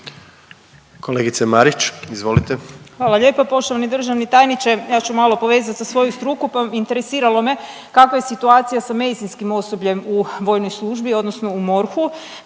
**Marić, Andreja (SDP)** Hvala lijepa. Poštovani državni tajniče, ja ću malo povezati sa svojom strukom pa interesiralo me kakva je situacija sa medicinskim osobljem u vojnoj službi odnosno u MORH-u,